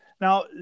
Now